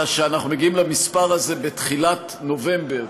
אלא שאנחנו מגיעים למספר הזה בתחילת נובמבר.